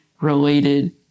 related